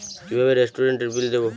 কিভাবে রেস্টুরেন্টের বিল দেবো?